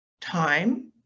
time